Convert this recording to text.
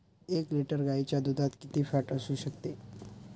एक लिटर गाईच्या दुधात किती फॅट असू शकते?